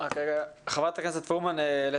חברת הכנסת פרומן,